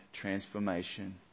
transformation